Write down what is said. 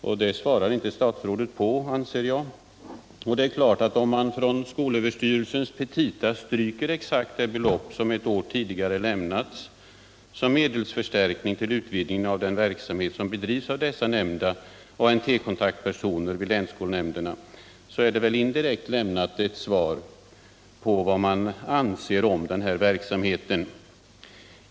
Den frågan svarar inte statsrådet på, anser jag. Men det förhållandet att man från skolöverstyrelsens petita stryker exakt det belopp som ett år tidigare lämnats som medelsförstärkning för utvidgning av den verksamhet som bedrivs av de nämnda ANT-kontaktpersonerna kan naturligtvis betraktas som ctt indirekt svar på frågan om vad man anser om den här verksamheten.